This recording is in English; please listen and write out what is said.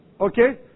Okay